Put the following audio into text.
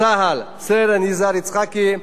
צה"ל, סרן יזהר יצחקי.